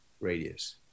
radius